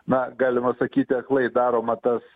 na galima sakyti aklai daroma tas